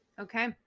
Okay